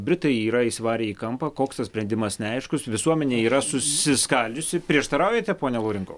britai yra įsivarę į kampą koks tas sprendimas neaiškus visuomenė yra susiskaldžiusi prieštaraujate pone laurinkau